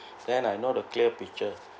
then I know the clear picture